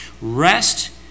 Rest